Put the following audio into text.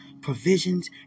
provisions